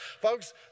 Folks